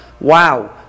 wow